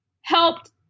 helped